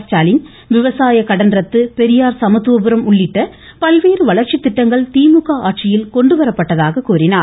ஸ்டாலின் விவசாயக் கடன் ரத்து பெரியார் சமத்துவபுரம் உள்ளிட்ட பல்வேறு வளர்ச்சி திட்டங்கள் திமுக ஆட்சியில் கொண்டு வரப்பட்டதாக கூறினார்